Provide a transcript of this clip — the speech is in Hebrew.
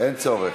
אין צורך.